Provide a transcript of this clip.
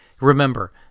Remember